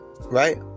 right